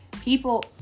people